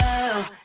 of